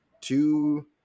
two